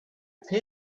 pay